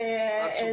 את צודקת.